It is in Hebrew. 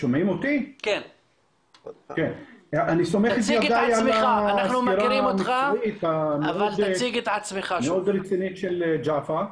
אני סומך את ידיי על הסקירה המקצועית המאד רצינית של ג'עפר.